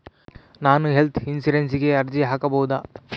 ನಾನು ಹೆಲ್ತ್ ಇನ್ಶೂರೆನ್ಸಿಗೆ ಅರ್ಜಿ ಹಾಕಬಹುದಾ?